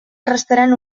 restaran